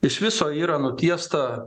iš viso yra nutiesta